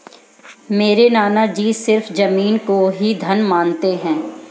मेरे नाना जी सिर्फ जमीन को ही धन मानते हैं